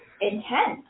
intense